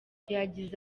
yagize